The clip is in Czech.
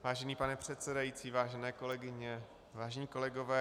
Vážený pane předsedající, vážené kolegyně, vážení kolegové.